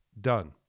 done